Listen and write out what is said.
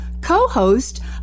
co-host